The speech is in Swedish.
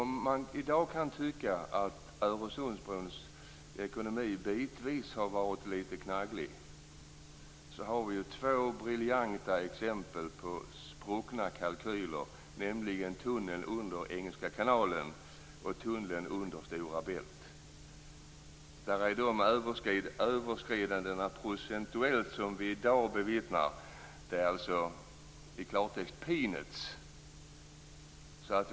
Man kan i dag tycka att Öresundsbrons ekonomi bitvis har varit litet knagglig, men det finns två briljanta exempel på spruckna kalkyler, nämligen tunneln under Engelska kanalen och tunneln under Stora Bält. Procentuellt sett är de överskridanden som vi bevittnar i dag peanuts jämfört med dem.